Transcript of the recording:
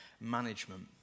management